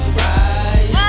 right